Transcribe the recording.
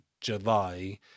July